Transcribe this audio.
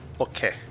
Okay